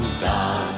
da